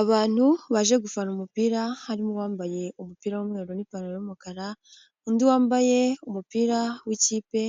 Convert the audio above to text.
Abantu baje gufana umupira, harimo uwambaye umupira w'umweru n'ipantaro y'umukara, undi wambaye umupira w'ikipe